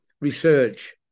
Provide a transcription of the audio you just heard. research